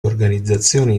organizzazioni